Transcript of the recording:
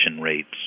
rates